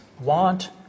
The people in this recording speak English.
want